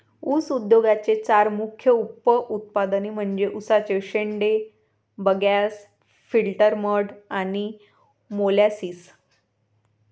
ऊस उद्योगाचे चार मुख्य उप उत्पादने म्हणजे उसाचे शेंडे, बगॅस, फिल्टर मड आणि मोलॅसिस